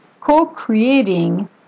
Co-creating